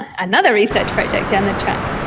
ah another research project down the track.